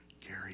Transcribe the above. Gary